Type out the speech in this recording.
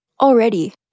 Already